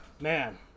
man